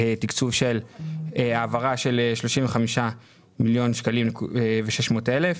העברה של 35 מיליון שקלים ו-600,000,